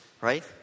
right